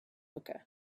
hookah